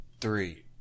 three